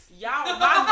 Y'all